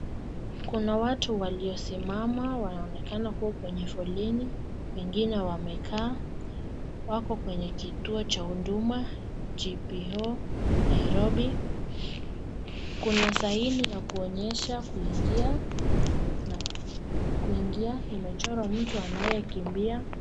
Kuna watu waliosimama wanaonekana kuwa kwenye foleni, wengine wamekaa, wako kwenye kituo cha huduma, GPO Nairobi, kuna saini ya kuonyesha kuingia na kuingia imechorwa mtu anayeimbia.